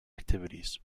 activities